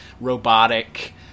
robotic